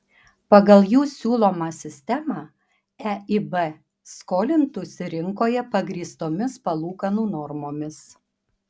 pagal jų siūlomą sistemą eib skolintųsi rinkoje pagrįstomis palūkanų normomis